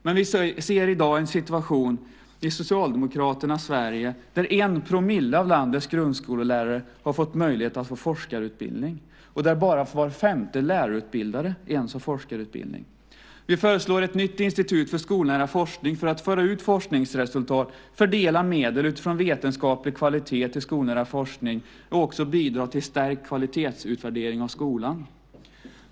Men vi ser i dag en situation i Socialdemokraternas Sverige där 1 % av landets grundskollärare har fått möjlighet att få forskarutbildning och där bara var femte lärarutbildare får forskarutbildning. Vi föreslår ett nytt institut för skolnära forskning för att föra ut forskningsresultat, fördela medel utifrån vetenskaplig kvalitet till skolnära forskning och bidra till stärkt kvalitetsutvärdering av skolan.